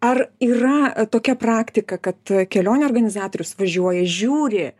ar yra tokia praktika kad kelionių organizatorius važiuoja žiūri